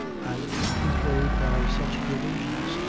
and betrayed by such delusions,